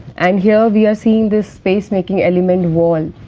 and here, we are seeing this space-making element wall.